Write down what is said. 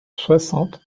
soixante